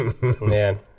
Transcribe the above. Man